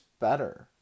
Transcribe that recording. better